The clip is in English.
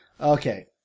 okay